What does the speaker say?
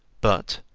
but,